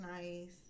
nice